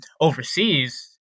overseas